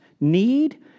need